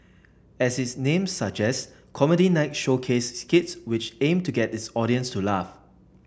as its name suggests Comedy Night showcased skits which aimed to get its audience to laugh